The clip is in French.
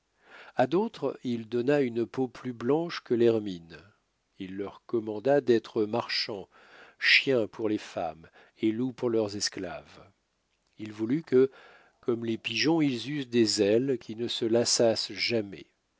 à d'autres il donna une peau plus blanche que l'hermine il leur commanda d'être marchands chiens pour leurs femmes et loups pour leurs esclaves il voulut que comme les pigeons ils eussent des ailes qui ne se lassassent jamais